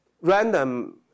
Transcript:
random